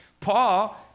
Paul